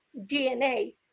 dna